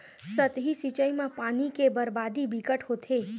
सतही सिचई म पानी के बरबादी बिकट होथे